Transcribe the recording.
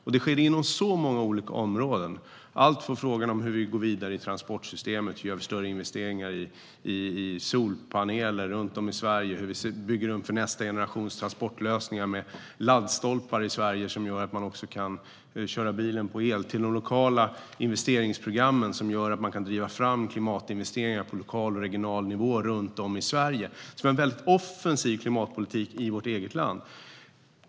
Arbetet sker inom så många olika områden, alltifrån frågan hur vi går vidare i transportsystemet - hur vi gör större investeringar i solpaneler runt om i Sverige och hur vi bygger nästa generations transportlösningar med laddstolpar i Sverige som gör att man kan köra bilen på el - till de lokala investeringsprogrammen som gör att man kan driva fram klimatinvesteringarna på lokal och regional nivå runt om i Sverige. Det är en väldigt offensiv klimatpolitik i vårt eget land.